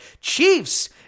Chiefs